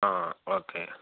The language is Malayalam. ആഹ് ഓക്കേ